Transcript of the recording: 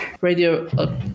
Radio